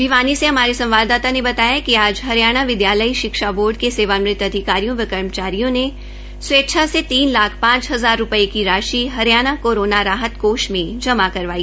भिवानी से हमारे संवाददाता ने बताया कि आज हरियाणा विद्यालय शिक्षा बोर्ड के सेवानिवृत अधिकारियों व कर्मचारियों ने स्वेच्छा से तीन लाख पांच हजार रूपये की राशि हरियाणा कोरोना राहत कोष में जमा करवाई